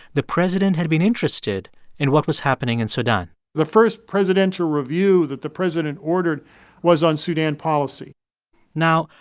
the president had been interested in what was happening in sudan the first presidential review that the president ordered was on sudan policy now,